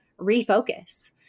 refocus